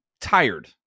tired